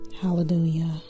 Hallelujah